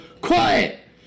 quiet